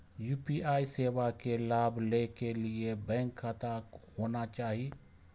UPI सेवा के लाभ लै के लिए बैंक खाता होना चाहि?